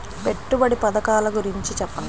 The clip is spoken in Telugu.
పెట్టుబడి పథకాల గురించి చెప్పండి?